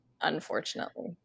unfortunately